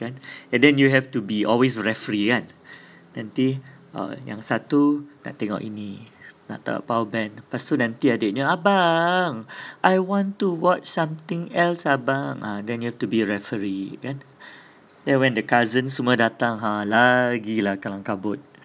kan then you have to be always referee kan nanti uh yang satu nak tengok ini nak tengok powerband lepas tu adiknya abang I want to watch something else abang ah then you have to be referee kan then when the cousin semua datang ha lagi lah kalang kabut